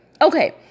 Okay